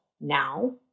now